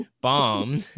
bomb